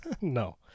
No